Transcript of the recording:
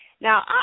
Now